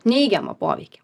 neigiamą poveikį